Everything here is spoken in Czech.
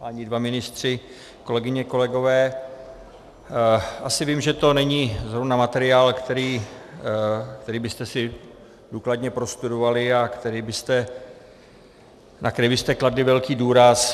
Páni dva ministři, kolegyně, kolegové, asi vím, že to není zrovna materiál, který byste si důkladně prostudovali a na který byste kladli velký důraz.